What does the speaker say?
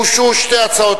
הוגשו שתי הצעות,